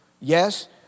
Yes